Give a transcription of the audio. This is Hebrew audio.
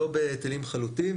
לא בהיטלים חלוטים.